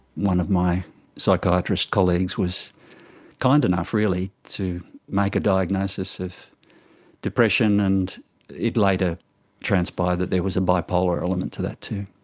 one of my psychiatrist colleagues was kind enough really to make a diagnosis of depression. and it later transpired that there was a bipolar element to that too.